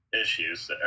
issues